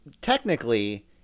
technically